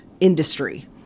industry